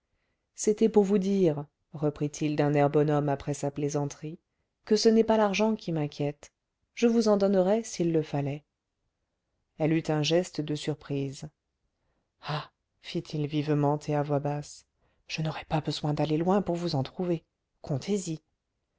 c'était pour vous dire reprit-il d'un air bonhomme après sa plaisanterie que ce n'est pas l'argent qui m'inquiète je vous en donnerais s'il le fallait elle eut un geste de surprise ah fit-il vivement et à voix basse je n'aurais pas besoin d'aller loin pour vous en trouver